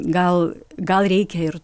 gal gal reikia ir